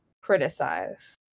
criticize